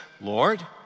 Lord